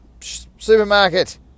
supermarket